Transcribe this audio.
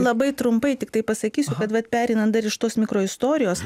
labai trumpai tiktai pasakysiu kad vat pereinant dar iš tos mikroistorijos